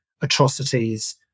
atrocities